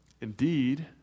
indeed